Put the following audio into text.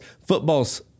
football's